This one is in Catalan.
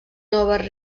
noves